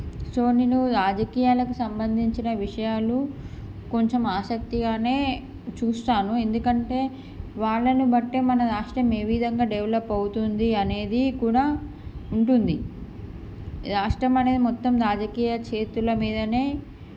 so నేను రాజకీయాలకు సంబంధించిన విషయాలు కొంచెం ఆసక్తిగానే చూస్తాను ఎందుకంటే వాళ్ళని బట్టే మన రాష్ట్రం ఏ విధంగా డెవలప్ అవుతుంది అనేది కూడా ఉంటుంది రాష్ట్రం అనేది మొత్తం రాజకీయ చేతుల మీదనే